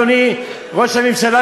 אדוני ראש הממשלה,